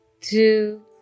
two